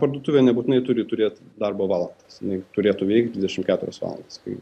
parduotuvė nebūtinai turi turėt darbo valandas jinai turėtų veikti dvidešimt keturias valandas kai